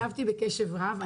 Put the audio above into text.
הקשבתי בקשב רב.